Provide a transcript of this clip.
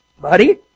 buddy